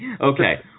Okay